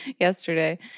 yesterday